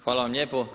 Hvala vam lijepo.